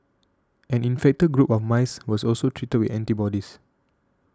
an infected group of mice was also treated with antibodies